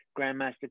Grandmaster